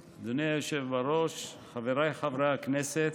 היושב-ראש, חבריי חברי הכנסת,